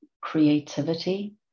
creativity